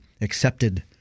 accepted